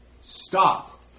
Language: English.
Stop